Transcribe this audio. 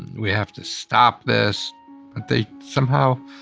we have to stop this. but they somehow